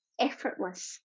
effortless